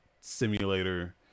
simulator